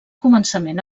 començament